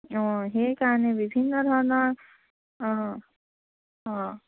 অঁ সেইকাৰণে বিভিন্ন ধৰণৰ অঁ অঁ